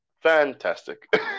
Fantastic